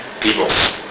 peoples